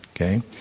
Okay